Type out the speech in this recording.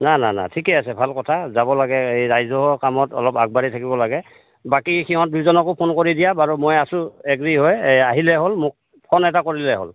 না না না ঠিকে আছে ভাল কথা যাব লাগে এই ৰাইজৰ কামত অলপ আগবাঢ়ি থাকিব লাগে বাকী সিহঁত দুজনকো ফোন কৰি দিয়া বাৰু মই আছোঁ এগ্ৰী হয় আহিলে হ'ল মোক ফোন এটা কৰিলেই হ'ল